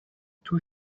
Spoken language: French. tout